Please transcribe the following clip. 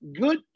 good